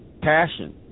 passion